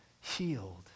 healed